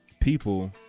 people